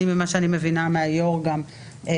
גם ממה שאני מבינה מהיו"ר הקבוע,